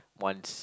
once